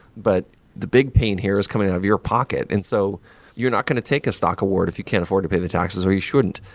but the big pain here is coming out of your pocket. and so you're not going to take a stock award if you can't afford to pay the taxes, or you shouldn't.